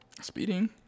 Speeding